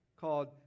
called